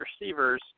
receivers